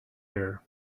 air